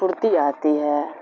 پھرتی آتی ہے